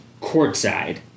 courtside